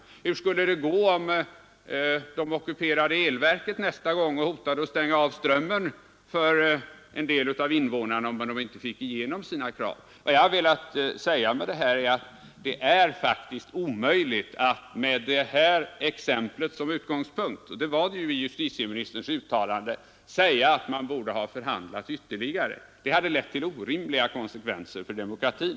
Hur skulle det gå om grupperna nästa gång ockuperade elverket och hotade att stänga av strömmen för en del av invånarna, om de inte fick igenom sina krav? Vad jag har velat säga är att det är faktiskt omöjligt att med detta exempel som utgångspunkt och det skedde ju i justitieministerns uttalande göra gällande att man borde ha förhandlat ytterligare. Det hade lett till orimliga konsekvenser för demokratin.